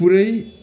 पुरै